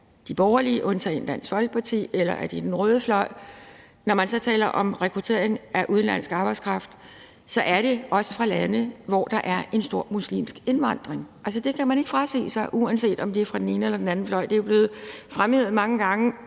de borgerlige undtagen Dansk Folkeparti eller den røde fløj, af, at når man taler om rekruttering af udenlandsk arbejdskraft, er det også fra lande, hvor der er en stor muslimsk indvandring fra. Det kan man ikke frasige sig, uanset om det er fra den ene eller den anden fløj. Det er blevet fremhævet mange gange